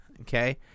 okay